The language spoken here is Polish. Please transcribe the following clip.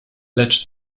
lecz